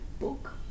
book